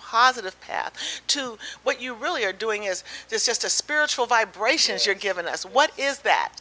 positive path to what you really are doing is this just a spiritual vibrations you're giving us what is that